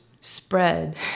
spread